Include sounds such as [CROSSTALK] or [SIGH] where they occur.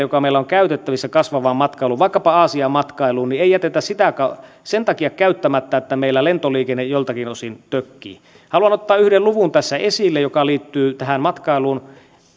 [UNINTELLIGIBLE] joka meillä on käytettävissä kasvavaan matkailuun vaikkapa aasian matkailuun ei jätetä sen takia käyttämättä että meillä lentoliikenne joiltakin osin tökkii haluan ottaa yhden luvun tässä esille joka liittyy tähän matkailuun